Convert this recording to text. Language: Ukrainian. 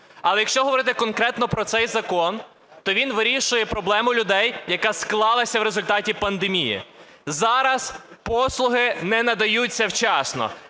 Але якщо говорити конкретно про цей закон, то він вирішує проблему людей, яка склалася у результаті пандемії. Зараз послуги не надаються вчасно,